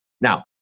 Now